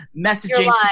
messaging